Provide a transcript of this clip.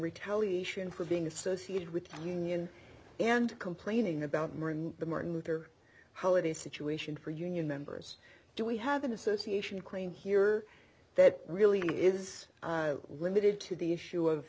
retaliation for being associated with a union and complaining about the martin luther holiday situation for union members do we have an association claim here that really is limited to the issue